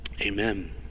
Amen